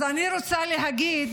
אז אני רוצה להגיד